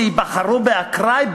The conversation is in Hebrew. שייבחרו באקראי,